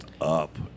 up